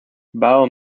bile